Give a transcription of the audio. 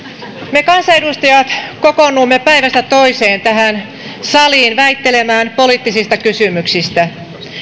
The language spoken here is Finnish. me kansanedustajat kokoonnumme päivästä toiseen tähän saliin väittelemään poliittisista kysymyksistä